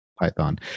Python